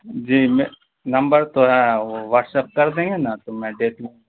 جی میں نمبر تو ہے وہ واٹس اپ کر دیں گے نا تو میں دیکھ لوں